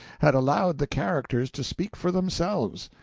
had allowed the characters to speak for themselves?